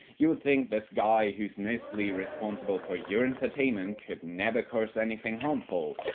you'd think this guy who's mostly responsible for your entertainment could never cause anything harmful.